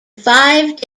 five